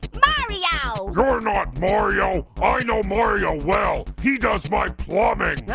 mario! you're not mario. i know mario well. he does my plumbing.